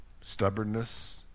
stubbornness